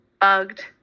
bugged